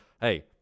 hey